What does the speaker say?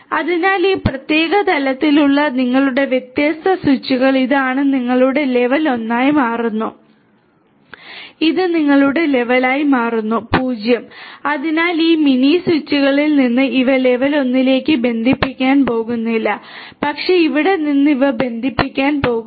അതിനാൽ ഈ പ്രത്യേക തലത്തിലുള്ള നിങ്ങളുടെ വ്യത്യസ്ത സ്വിച്ചുകൾ ഇതാണ് നിങ്ങളുടെ ലെവൽ 1 ആയി മാറുന്നു ഇത് നിങ്ങളുടെ ലെവലായി മാറുന്നു 0 അതിനാൽ ഈ മിനി സ്വിച്ചുകളിൽ നിന്ന് ഇവ ലെവൽ 1 ലേക്ക് ബന്ധിപ്പിക്കാൻ പോകുന്നില്ല പക്ഷേ ഇവിടെ നിന്ന് ഇവ ബന്ധിപ്പിക്കാൻ പോകുന്നു